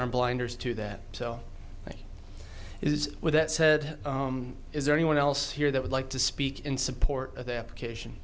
on blinders to that so it is with that said is there anyone else here that would like to speak in support of the application